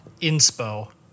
inspo